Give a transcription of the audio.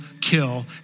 kill